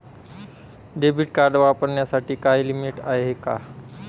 Debit card वापरण्यासाठी काही limit आहे का?